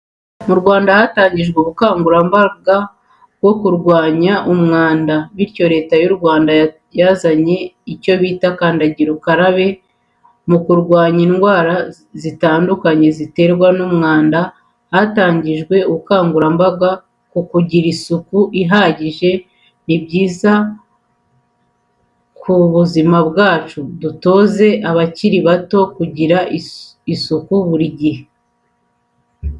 Mu Rwanda hatangijwe ubukangurambaga byo kurwanya umwanda bityo leta y'u Rwanda yazanye icyo bita kandagira ukarabe mukurwanya indwara zitandukanye ziterwa n'umwanda hatangijwe ubukangurambaga kukugira isuku ihagije nibyiza k'ubuzima bwacu dutoze n'abakiri bato kugira isuku buri gihe.